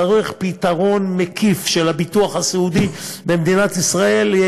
צריך פתרון מקיף של הביטוח הסיעודי במדינת ישראל.